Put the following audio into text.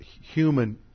human